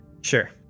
Sure